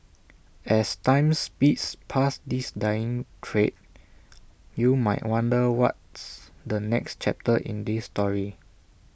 as time speeds past this dying trade you might wonder what's the next chapter in this story